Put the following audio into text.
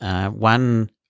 one